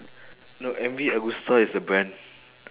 no M V agusta is a brand